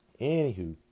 Anywho